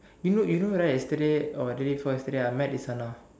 you know you know right yesterday or the day before yesterday I met Isana